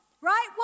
right